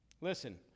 Listen